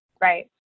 right